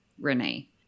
Renee